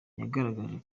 yagaragaje